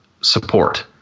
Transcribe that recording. support